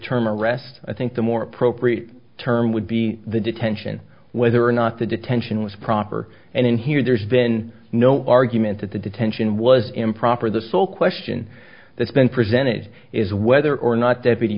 term arrest i think the more appropriate term would be the detention whether or not the detention was proper and in here there's been no argument that the detention was improper the sole question that's been presented is whether or not deputy